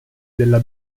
della